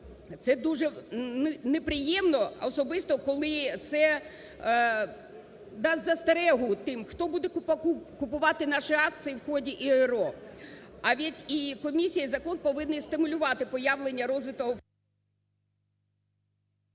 це дуже неприємно, особисто коли це дасть засторогу тим, хто буде купувати наші акції в ході РРО. А ведь и комиссия, и закон повинні стимулювати появу… ГОЛОВУЮЧИЙ.